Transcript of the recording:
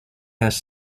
has